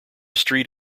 street